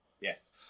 Yes